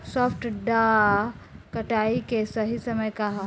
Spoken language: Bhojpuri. सॉफ्ट डॉ कटाई के सही समय का ह?